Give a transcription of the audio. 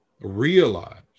realize